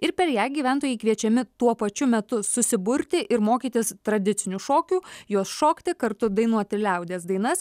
ir per ją gyventojai kviečiami tuo pačiu metu susiburti ir mokytis tradicinių šokių juos šokti kartu dainuoti liaudies dainas